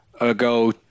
ago